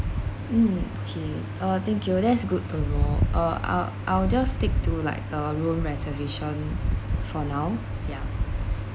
mm okay uh thank you that's good to know uh I'll I'll just stick to like the room reservation for now yeah